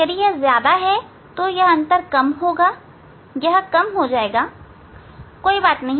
यदि यह ज्यादा है तो यह अंतर कम होगा यह कम हो जाएगा कोई बात नहीं